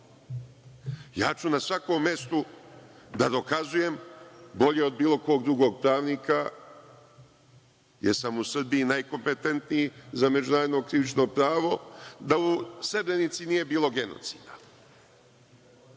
ću na svakom mestu da dokazujem bolje od bilo kog pravnika jer sam u Srbiji najkompetentniji za međunarodno krivično pravo da u Srebrenici nije bilo genocida